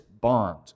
bond